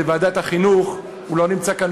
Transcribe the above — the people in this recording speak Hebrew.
ועדת החינוך הוא לא נמצא כאן,